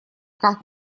как